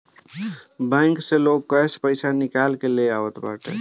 bank से लोग cash पईसा निकाल के ले आवत बाटे